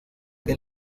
que